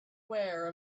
aware